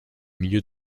milieu